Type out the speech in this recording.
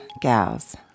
gals